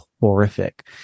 horrific